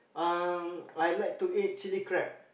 um I like to eat chilli crab